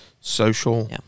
social